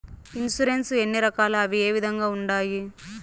insurance ఎన్ని రకాలు అవి ఏ విధంగా ఉండాయి